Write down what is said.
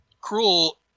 cruel